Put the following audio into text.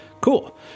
Cool